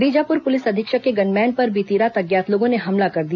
Bijapur police अधीक्षक के gunman पर बीती रात अज्ञात लोगों ने हमला कर दिया